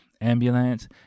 ambulance